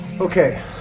Okay